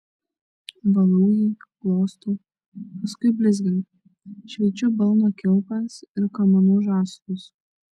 valau jį glostau paskui blizginu šveičiu balno kilpas ir kamanų žąslus